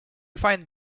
find